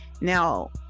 Now